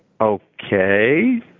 Okay